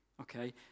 Okay